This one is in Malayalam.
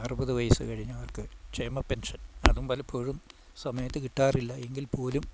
അറുപത് വയസ്സ് കഴിഞ്ഞവർക്ക് ക്ഷേമ പെൻഷൻ അതും പലപ്പോഴും സമയത്ത് കിട്ടാറില്ല എങ്കിൽ പോലും